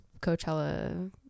Coachella